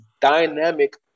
dynamic